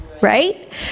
right